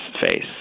face